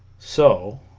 so